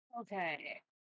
Okay